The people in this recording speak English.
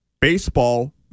Baseball